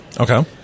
Okay